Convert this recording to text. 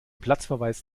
platzverweis